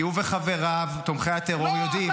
כי הוא וחבריו תומכי הטרור יודעים -- לא,